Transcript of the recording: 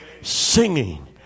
Singing